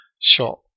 shot